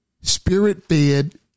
spirit-fed